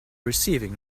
receiving